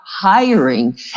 Hiring